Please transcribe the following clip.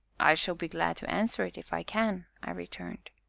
i shall be glad to answer it, if i can, i returned.